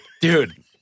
Dude